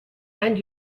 and